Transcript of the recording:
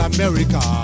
America